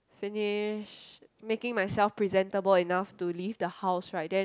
finish making myself presentable enough to leave the house right then